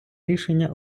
рішення